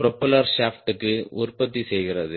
propeller ஷாப்டுக்கு உற்பத்தி செய்கிறது